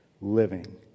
living